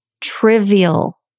trivial